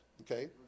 Okay